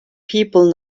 people